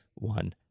one